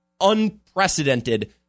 unprecedented